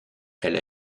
elle